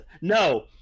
no